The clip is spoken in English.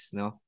no